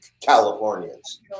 californians